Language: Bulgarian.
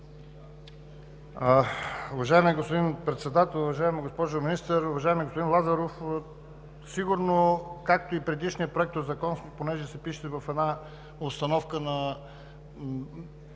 Уважаеми господин Председател, уважаема госпожо Министър! Уважаеми господин Лазаров, сигурно, както и предишния законопроект, понеже се пише в обстановка на